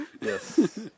Yes